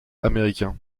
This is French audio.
américain